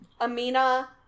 Amina